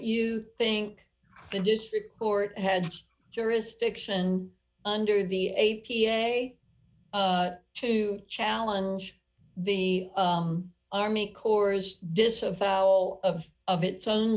you think the district court had jurisdiction under the a p a to challenge the army corps disavow of of its own